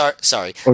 sorry